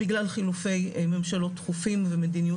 בגלל חילופי ממשלות תכופים ומדיניות